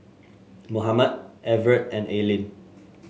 Mohamed Evert and Aylin